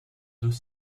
deux